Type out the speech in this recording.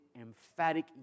emphatic